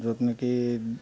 য'ত নেকি